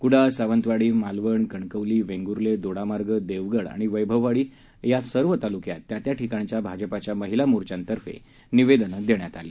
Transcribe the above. कुडाळ सावंतवाडी मालवण कणकवली वेंगुर्ले दोडामार्ग देवगड आणि वैभववाडी अशा सर्व तालुक्यात त्या त्या ठिकाणच्या भाजपच्या महिला मोर्चातर्फे निवेदन देण्यात आलं